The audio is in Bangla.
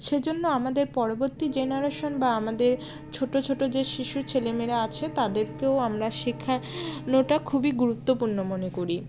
সেজন্য আমাদের পরবর্তী জেনারেশান বা আমাদের ছোটো ছোটো যে শিশু ছেলে মেয়েরা আছে তাদেরকেও আমরা শেখানোটা খুবই গুরুত্বপূর্ণ মনে করি